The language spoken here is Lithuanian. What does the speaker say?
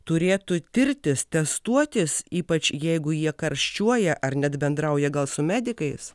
turėtų tirtis testuotis ypač jeigu jie karščiuoja ar net bendrauja gal su medikais